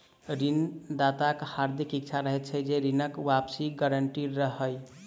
ऋण दाताक हार्दिक इच्छा रहैत छै जे ऋणक वापसीक गारंटी रहय